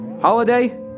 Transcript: Holiday